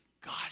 God